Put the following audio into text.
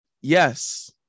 Yes